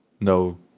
no